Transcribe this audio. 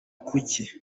kuki